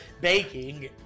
Baking